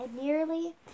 nearly